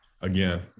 again